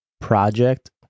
Project